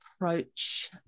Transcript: approach